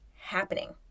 Happening